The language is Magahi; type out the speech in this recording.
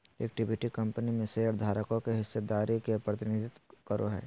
इक्विटी कंपनी में शेयरधारकों के हिस्सेदारी के प्रतिनिधित्व करो हइ